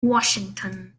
washington